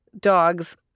dogs